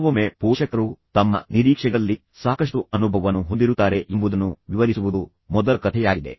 ಕೆಲವೊಮ್ಮೆ ಪೋಷಕರು ತಮ್ಮ ನಿರೀಕ್ಷೆಗಳಲ್ಲಿ ಸಾಕಷ್ಟು ಅನುಭವವನ್ನು ಹೊಂದಿರುತ್ತಾರೆ ಎಂಬುದನ್ನು ವಿವರಿಸುವುದು ಮೊದಲ ಕಥೆಯಾಗಿದೆ